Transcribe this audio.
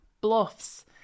Bluffs